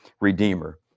redeemer